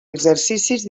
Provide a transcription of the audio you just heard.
exercicis